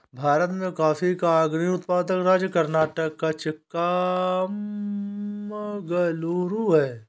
भारत में कॉफी का अग्रणी उत्पादक राज्य कर्नाटक का चिक्कामगलूरू है